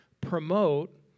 promote